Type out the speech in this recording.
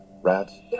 rats